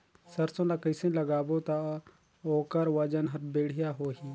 सरसो ला कइसे लगाबो ता ओकर ओजन हर बेडिया होही?